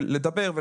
לדבר,